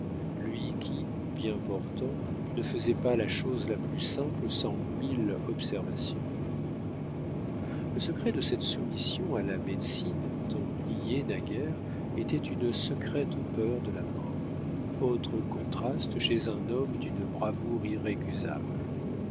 lui qui bien portant ne faisait pas la chose la plus simple sans mille observations le secret de cette soumission à la médecine tant niée naguère était une secrète peur de la mort autre contraste chez un homme d'une bravoure irrécusable